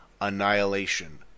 Annihilation